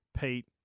Pete